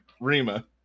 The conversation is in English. Rima